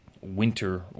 winter